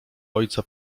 ojca